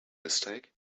mistake